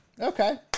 Okay